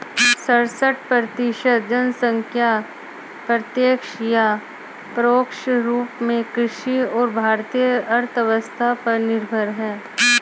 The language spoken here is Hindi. सड़सठ प्रतिसत जनसंख्या प्रत्यक्ष या परोक्ष रूप में कृषि और भारतीय अर्थव्यवस्था पर निर्भर है